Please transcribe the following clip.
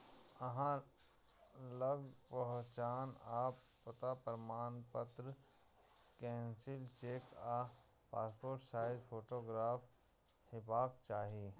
अहां लग पहचान आ पता प्रमाणपत्र, कैंसिल्ड चेक आ पासपोर्ट साइज फोटोग्राफ हेबाक चाही